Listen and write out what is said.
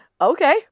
Okay